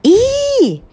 !ee!